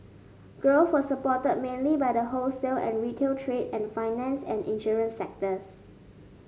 growth was supported mainly by the wholesale and retail trade and finance and insurance sectors